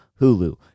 Hulu